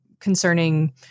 concerning